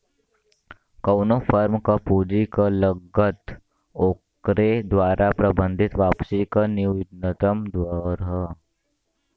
कउनो फर्म क पूंजी क लागत ओकरे द्वारा प्रबंधित वापसी क न्यूनतम दर हौ